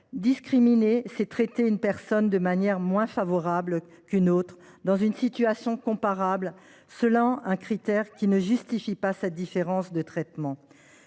Discriminer, c’est traiter une personne de manière moins favorable qu’une autre dans une situation comparable, selon un critère qui ne justifie pas cette différence de traitement.